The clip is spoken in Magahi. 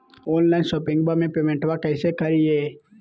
ऑनलाइन शोपिंगबा में पेमेंटबा कैसे करिए?